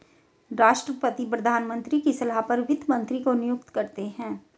राष्ट्रपति प्रधानमंत्री की सलाह पर वित्त मंत्री को नियुक्त करते है